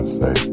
say